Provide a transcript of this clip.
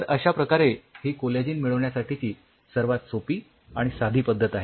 तर अश्या प्रकारे ही कोलॅजिन मिळविण्यासाठीची सर्वात सोपी आणि साधी पद्धत आहे